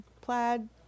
plaid